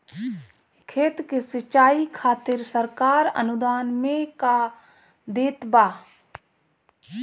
खेत के सिचाई खातिर सरकार अनुदान में का देत बा?